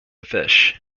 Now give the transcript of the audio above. fish